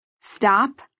Stop